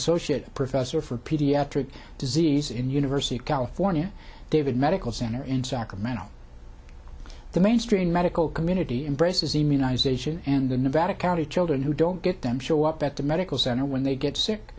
associate professor for pediatric disease in the university of california davis medical center in sacramento the mainstream medical community embraces immunization and in nevada county children who don't get them show up at the medical center when they get sick